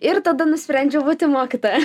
ir tada nusprendžiau būti mokytoja